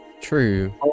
True